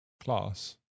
class